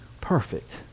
perfect